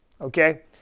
Okay